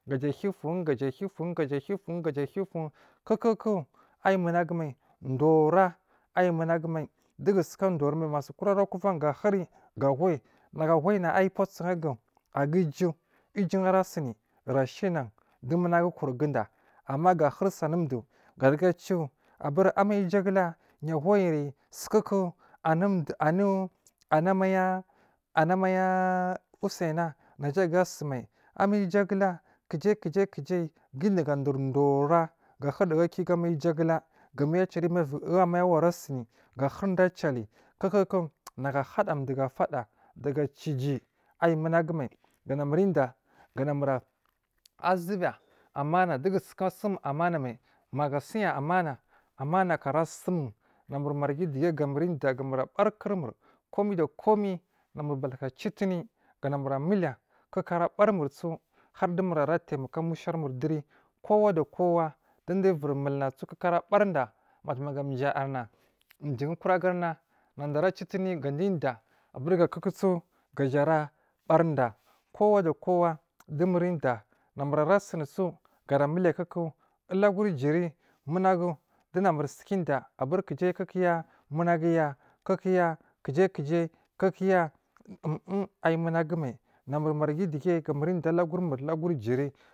Gaja ahiya ufun gaja ahiya ufun gaja ahiya ufun kuku ayi munagu mai dowora ayi munagu mai duwogu suka dowora mai masu kura kovan gahuri ga huyi maga ahuyina ai buwosahagu aga uju, uju ara sini gara ghinan du munagu kurguda amma ga huri su anu dowo garuga ciwo abur ammaya ujugule sukoku anu duwo anu amma anu amma usaina naja aga sumai, amma ga ujagula kujai kujai kujai guda ga dowori dowara ga huri daga u kigu amma uja gulag a mai alalu mairuvo gu ammaya wara sini gahuri da a lali nagu a hada dowo ga fada daga ciyi ciciyi ayi munagu mai ga namur udiyya ga na mur azuwo biya ammana dowogu suka sum ammana mai, maga asaya ammana ammanaku ara suiun na mir marghi digeyi ga namur udiyya ga namur abar kurmur komai da komai namur batu matcitini ga miliya kuku ava barimursu dumir ara tai makiya musharmur duri kowa da kowa dowo du uviri mulnasu kuku ara bari da jayarna jun kura garna nada ara citini gada udiyya abur ga kukusu gar a barida kowa da kowa dowomur udiyya namur ara siniso gara muliya kuku ulaguri jiri kuku dowo namur suka diyya kujai kukuya munaguya kuku kujai kujai kuku um um ayi muna gu mai namur marghi duge ganamur udiyya ulagur mur lagur ciri.